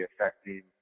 affecting